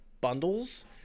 bundles